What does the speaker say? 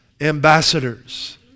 ambassadors